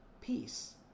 peace